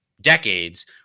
decades